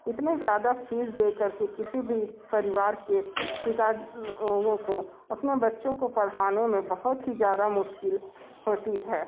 इतनी ज़्यादा फीस देकर के किसी भी परिवार के पिता लोगों को अपने बच्चों को पढ़ाने में बहुत ही ज़्यादा मुश्किल होती है